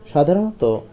সাধারণত